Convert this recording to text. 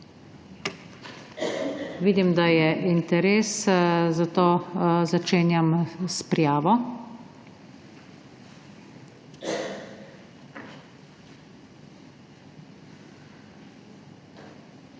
Vidim da je interes, zato začenjam s prijavo.